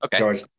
okay